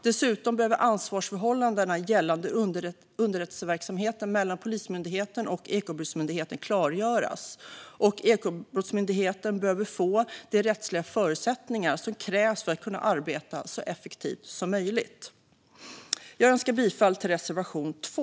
Dessutom behöver ansvarsförhållandena gällande underrättelseverksamheten mellan Polismyndigheten och Ekobrottsmyndigheten klargöras, och Ekobrottsmyndigheten behöver få de rättsliga förutsättningar som krävs för att kunna arbeta så effektivt som möjligt. Jag yrkar bifall till reservation 2.